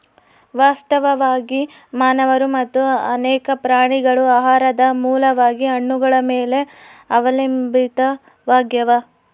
ವಾಸ್ತವವಾಗಿ ಮಾನವರು ಮತ್ತು ಅನೇಕ ಪ್ರಾಣಿಗಳು ಆಹಾರದ ಮೂಲವಾಗಿ ಹಣ್ಣುಗಳ ಮೇಲೆ ಅವಲಂಬಿತಾವಾಗ್ಯಾವ